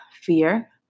fear